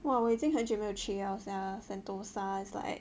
!wah! 我已经很久没有了 sia sentosa is like